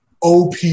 Op